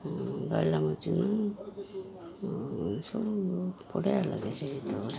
ଗାଇଲା ମ ଚିିନୁ ସବୁ ବଢ଼ିଆ ଲାଗେ ସେ ଗୀତ ଗୁଡ଼ା